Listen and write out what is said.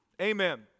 Amen